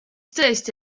tõesti